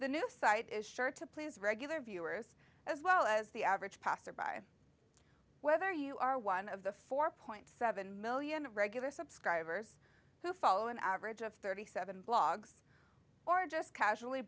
the new site is sure to please regular viewers as well as the average passer by whether you are one of the four point seven million of regular subscribers who follow an average of thirty seven blogs or just casually